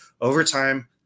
Overtime